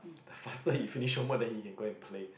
the faster he finish homework then he can go and play